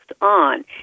on